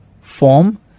form